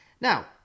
Now